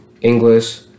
English